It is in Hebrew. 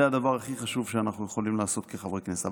זה הדבר הכי חשוב שאנחנו יכולים לעשות כחברי כנסת.